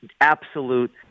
absolute